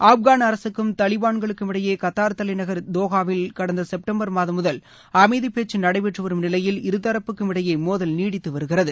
ஆப்கான் அரசுக்கும் தாலிபான்களுக்கும் இடையே கத்தார் தலைநகர் தோகாவில் கடந்த செப்டம்பர் மாதம் முதல் அமைதி பேச்சு நடைபெற்று வரும் நிலையில் இருதரப்புக்கும் இடையே மோதல் நீடித்து வருகிறது